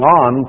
on